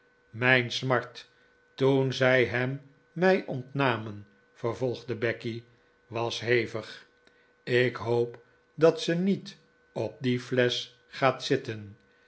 mijn smart toen zij hem mij ontnamen vervolgde becky was hevig ik hoop dat ze niet op die flesch gaat zitten